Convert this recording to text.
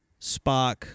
Spock